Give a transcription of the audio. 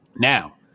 Now